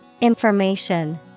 Information